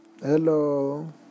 Hello